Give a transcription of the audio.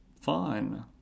fine